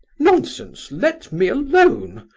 nonsense! let me alone!